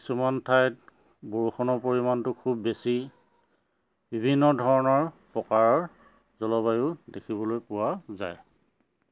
কিছুমান ঠাইত বৰষুণৰ পৰিমাণটো খুব বেছি বিভিন্ন ধৰণৰ প্ৰকাৰৰ জলবায়ু দেখিবলৈ পোৱা যায়